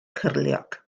cyrliog